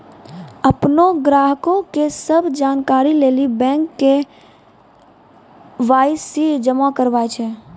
अपनो ग्राहको के सभ जानकारी लेली बैंक के.वाई.सी जमा कराबै छै